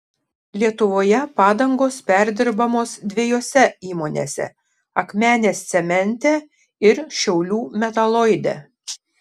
lietuvoje padangos perdirbamos dviejose įmonėse akmenės cemente ir šiaulių metaloide